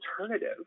alternative